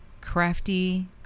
Crafty